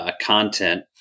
content